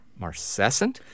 Marcescent